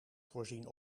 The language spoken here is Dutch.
voorzien